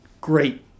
great